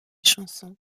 chansons